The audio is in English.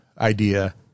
idea